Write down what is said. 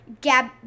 Gab